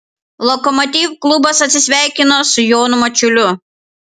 lokomotiv klubas atsisveikino su jonu mačiuliu